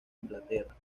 inglaterra